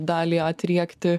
dalį atriekti